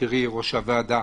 יקירי ראש הוועדה,